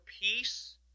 peace